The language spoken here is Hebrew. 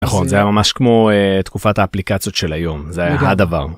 נכון זה ממש כמו תקופת האפליקציות של היום זה הדבר.